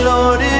Lord